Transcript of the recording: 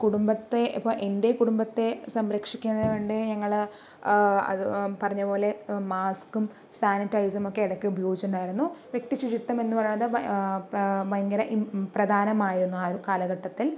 കുടുംബത്തെ ഇപ്പൊ എൻ്റെ കുടുംബത്തെ സംരക്ഷിക്കുന്നതിന് വേണ്ടി ഞങ്ങള് അത് പറഞ്ഞപോലെ മാസ്കും സാനിറ്റയിസും ഒക്കെ ഇടക്ക് ഉപയോഗിച്ചിട്ടുണ്ടായിരുന്നു വ്യക്തി ശുചിത്വം എന്ന് പറയുന്ന ഭയങ്കര പ്രധാനമായിരുന്നു ആ ഒരു കാലഘട്ടത്തിൽ